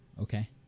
Okay